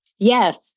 Yes